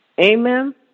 Amen